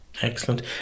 Excellent